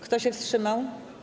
Kto się wstrzymał?